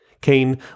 Cain